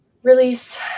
release